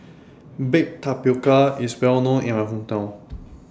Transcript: Baked Tapioca IS Well known in My Hometown